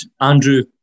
Andrew